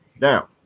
now